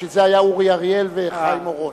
בשביל זה היה אורי אריאל וחיים אורון.